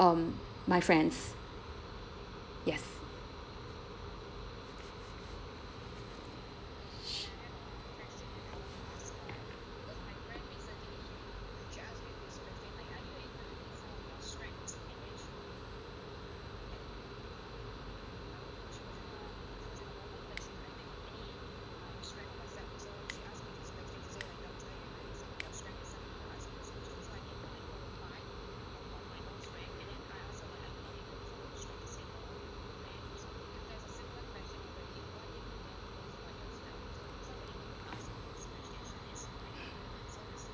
um my friends yes